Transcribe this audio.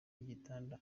y’igitanda